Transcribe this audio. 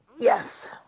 Yes